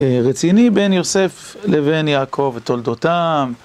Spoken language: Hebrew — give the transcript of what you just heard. רציני, בן יוסף לבן יעקב ותולדותם.